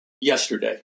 yesterday